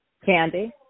Candy